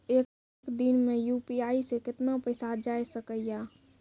एक दिन मे यु.पी.आई से कितना पैसा जाय सके या?